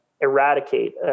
eradicate